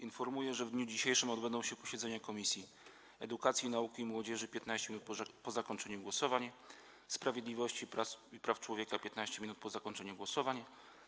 Informuję, że w dniu dzisiejszym odbędą się posiedzenia Komisji: - Edukacji, Nauki i Młodzieży - 15 minut po zakończeniu głosowań, - Sprawiedliwości i Praw Człowieka - 15 minut po zakończeniu głosowań,